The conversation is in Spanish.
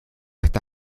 está